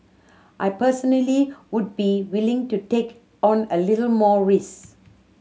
I personally would be willing to take on a little more risk